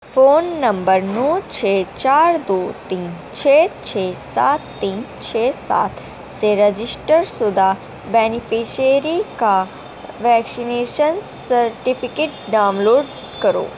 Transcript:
phone number نو چھ چار دو تین چھ چھ سات تین چھ سات سے رجسٹر شدہ بینیفشیری کا ویکشینیشن سرٹیفکیٹ ڈاؤن لوڈ کرو